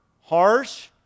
harsh